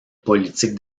politique